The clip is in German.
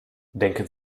denken